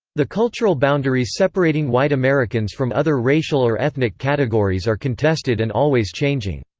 the cultural boundaries separating white americans from other racial or ethnic categories are contested and always changing.